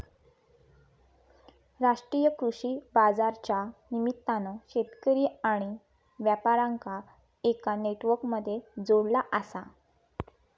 राष्ट्रीय कृषि बाजारच्या निमित्तान शेतकरी आणि व्यापार्यांका एका नेटवर्क मध्ये जोडला आसा